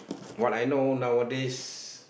what I know nowadays